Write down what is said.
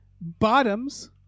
bottoms